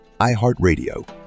iHeartRadio